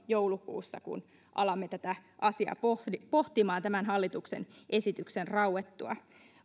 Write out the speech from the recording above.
joulukuussa kun alamme tätä asiaa pohtimaan pohtimaan tämän hallituksen esityksen rauettua